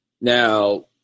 Now